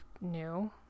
new